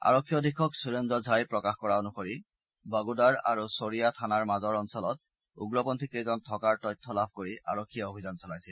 আৰক্ষী অধীক্ষক সূৰেন্দ্ৰ ঝাই প্ৰকাশ কৰা অনুসৰি বাগোদাৰ আৰু ছবিয়া থানাৰ মাজৰ অঞ্চলত উগ্ৰপন্থী কেইজন থকাৰ তথ্য লাভ কৰি আৰক্ষীয়ে অভিযান চলাইছিল